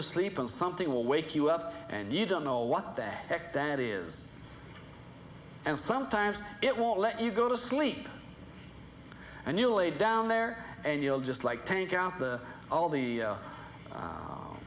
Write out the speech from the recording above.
to sleep and something will wake you up and you don't know what they check that is and sometimes it won't let you go to sleep and you lay down there and you'll just like tank out the all the